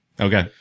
Okay